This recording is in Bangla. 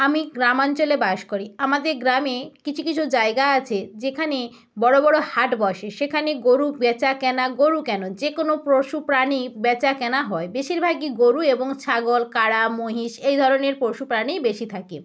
আমি গ্রাম অঞ্চলে বাস করি আমাদের গ্রামে কিছু কিছু জায়গা আছে যেখানে বড়ো বড়ো হাট বসে সেখানে গরু বেচা কেনা গরু কেনো যে কোনো পশু প্রাণী বেচা কেনা হয় বেশিরভাগই গরু এবং ছাগল কারা মহিষ এই ধরনের পশু প্রাণী বেশি থাকে